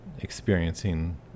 experiencing